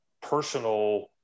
personal